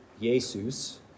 Jesus